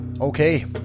Okay